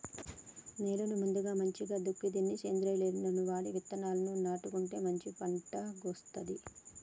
నేలను ముందుగా మంచిగ దుక్కి దున్ని సేంద్రియ ఎరువులను వాడి విత్తనాలను నాటుకుంటే పంట మంచిగొస్తది